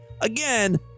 Again